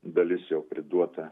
dalis jau priduota